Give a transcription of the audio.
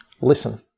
listen